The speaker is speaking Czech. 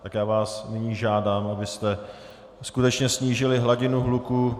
Tak vás nyní žádám, abyste skutečně snížili hladinu hluku.